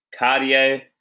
Cardio